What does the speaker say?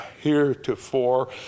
heretofore